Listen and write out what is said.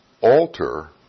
alter